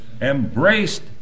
embraced